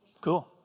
cool